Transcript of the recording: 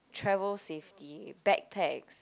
travel safety bagpacks